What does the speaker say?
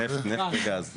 נפט, נפט וגז.